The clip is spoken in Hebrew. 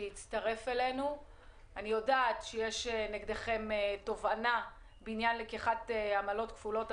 אני יודעת שיש נגדכם תובענה בעניין לקיחת עמלות כפולות,